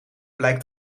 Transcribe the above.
blijkt